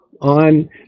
on